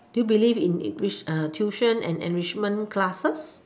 do you believe in in rich~ tuition and enrichment classes